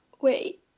Wait